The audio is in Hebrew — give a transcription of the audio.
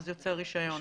יוצא רישיון.